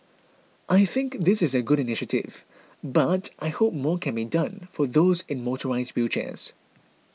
I think this is a good initiative but I hope more can be done for those in motorised wheelchairs